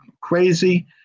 crazy